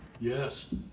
Yes